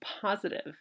positive